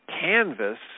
canvas